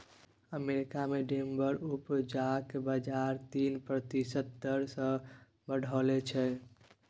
America मे timber उपजाक बजार तीन प्रतिशत दर सँ बढ़लै यै